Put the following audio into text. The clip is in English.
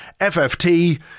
FFT